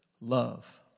love